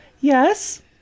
yes